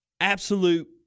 absolute